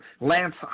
Lance